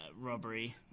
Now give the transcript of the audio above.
robbery